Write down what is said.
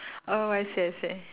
oh I see I see